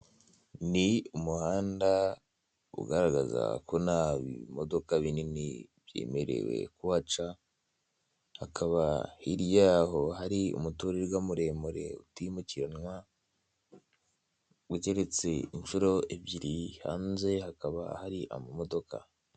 Ni umuhanda ugaragaza ko ntabimodoka binini byemerewe kuhaca. Hakaba hirya yaho hari umuturirwa muremure utimukiranwa, ugeretse inshuro ebyiri, hanze hakaba hari amamodoka.